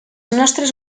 nostres